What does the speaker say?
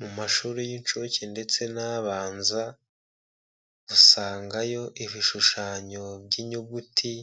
Mu mashuri y'incuke ndetse n'abanza, usangayo ibishushanyo by'inyuguti